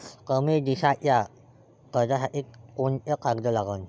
कमी दिसाच्या कर्जासाठी कोंते कागद लागन?